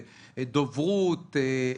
דוברות,